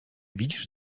widzisz